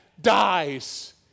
dies